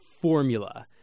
formula